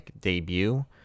debut